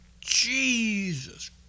jesus